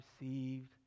received